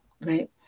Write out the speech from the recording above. right